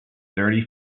dirty